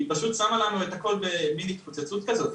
היא פשוט שמה לנו את הכל במין התפוצצות כזאת,